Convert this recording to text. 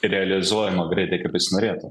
realizuojama greitai kaip jis norėtų